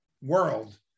world